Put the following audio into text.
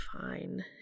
Fine